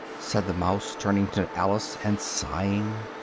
said the mouse, turning to alice, and sighing.